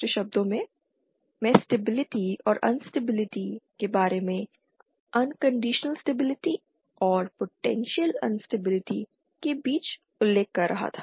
दूसरे शब्दों में कि मैं स्टेबिलिटी और अनस्टेबिलिटी के बारे में अनकंडीशनल स्टेबिलिटी और पोटेंशियल अनस्टेबिलिटी सर्किट के बीच उल्लेख कर रहा था